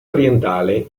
orientale